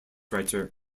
writer